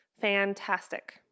Fantastic